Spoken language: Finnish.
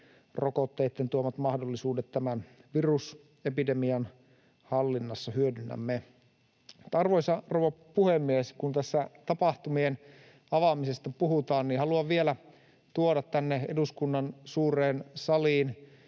rokotteitten tuomat mahdollisuudet tämän virusepidemian hallinnassa. Arvoisa rouva puhemies! Kun tässä tapahtumien avaamisesta puhutaan, niin haluan vielä tuoda tänne eduskunnan suureen saliin